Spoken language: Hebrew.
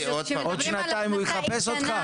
ועוד שנתיים הוא יחפש אותך?